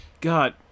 God